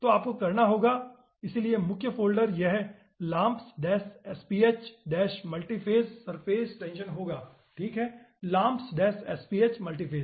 तो आपको करना होगा इसलिए मुख्य फ़ोल्डर यह laamps sph multiphase surface tension होगा ठीक है laamps sph multiphase